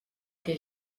que